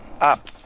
up